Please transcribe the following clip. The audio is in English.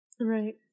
Right